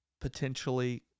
potentially